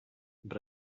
but